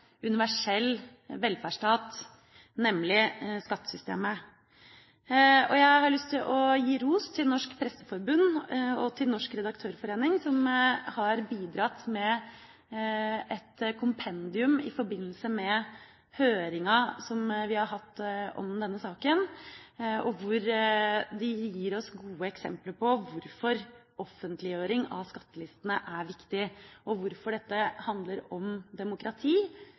universell velferdsstat, nemlig skattesystemet. Jeg har lyst til å gi ros til Norsk Presseforbund og til Norsk Redaktørforening som har bidratt med et kompendium i forbindelse med høringa vi har hatt om denne saken, og hvor de gir oss gode eksempler på hvorfor offentliggjøring av skattelistene er viktig og hvorfor dette handler om demokrati